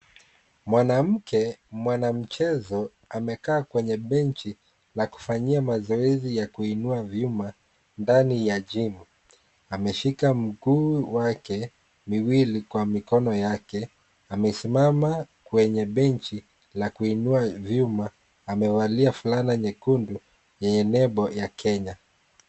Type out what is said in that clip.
Mwanamke mwanamchezo amekaa kwenye benji la kufanyia mazoezi ya kuinua vyuma ndani ya gym ameshika mguu wake miwili kwa mikono yake amesimama kwenye benji la kuinua vyuma. Amevalia fulana nyekundu yenye nembo ya Kenya.